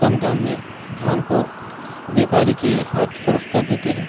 کم دام میں دھان کو بیوپاری کے ہاتھ فروخت کر دیتے ہیں